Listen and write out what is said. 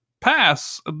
Pass